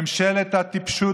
ממשלת הטיפשות,